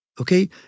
Okay